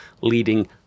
leading